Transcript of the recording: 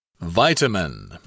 vitamin